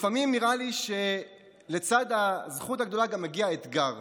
לפעמים נראה לי שלצד הזכות הגדולה מגיע גם האתגר,